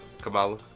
Kamala